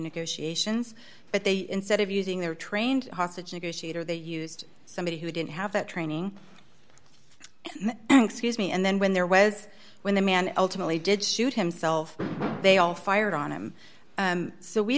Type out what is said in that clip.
negotiations but they instead of using their trained hostage negotiator they used somebody who didn't have that training and an excuse me and then when there was when the man ultimately did shoot himself they all fired on him so we